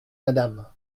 madame